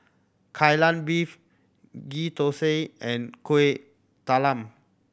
Kai Lan Beef Ghee Thosai and Kueh Talam